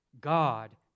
God